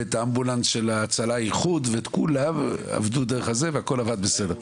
ואת האמבולנסים של הצלה איחוד וכולם עבדו דרך זה והכל עבד בסדר.